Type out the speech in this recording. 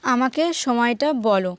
আমাকে সময়টা বলো